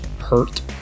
hurt